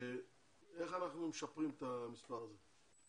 איך אנחנו משפרים את המספר הזה.